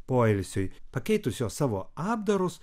poilsiui pakeitusios savo apdarus